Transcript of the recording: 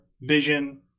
vision